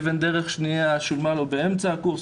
אבן דרך שניה שולמה לו באמצע הקורס,